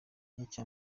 icya